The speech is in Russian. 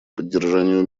поддержанию